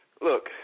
look